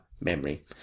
memory